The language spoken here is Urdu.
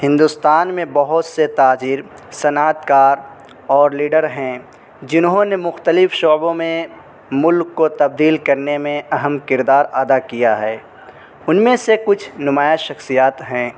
ہندوستان میں بہت سے تاجر صنعت کار اور لیڈر ہیں جنہوں نے مختلف شعبوں میں ملک کو تبدیل کرنے میں اہم کردار ادا کیا ہے ان میں سے کچھ نمایاں شخصیات ہیں